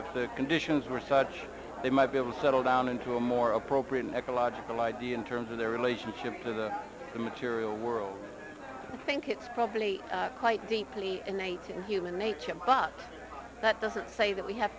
if the conditions were such they might be able settle down into a more appropriate ecological idea in terms of the relationship of the material world think it's probably quite deeply innate human nature but that doesn't say that we have